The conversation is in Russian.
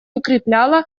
укрепляло